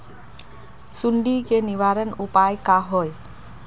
सुंडी के निवारण उपाय का होए?